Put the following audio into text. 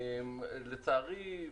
לצערי,